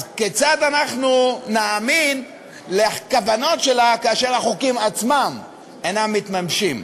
אז כיצד אנחנו נאמין לכוונות שלה כאשר החוקים עצמם אינם מתממשים?